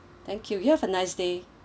thank you you have a nice day